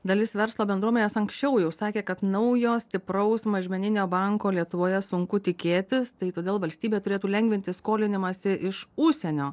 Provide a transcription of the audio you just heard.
dalis verslo bendruomenės anksčiau jau sakė kad naujo stipraus mažmeninio banko lietuvoje sunku tikėtis tai todėl valstybė turėtų lengvinti skolinimąsi iš užsienio